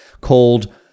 called